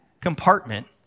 compartment